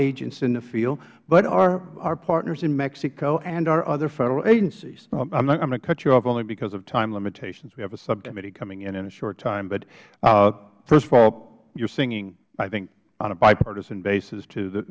agents in the field but our partners in mexico and our other federal agencies chairman issa i'm going to cut you off only because of time limitations we have a subcommittee coming in in a short time but first of all you're singing i think on a bipartisan basis to